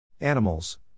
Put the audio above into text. Animals